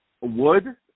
Wood